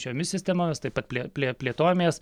šiomis sistemomis taip pat plė plė plėtojamės